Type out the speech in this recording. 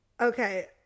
Okay